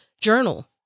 Journal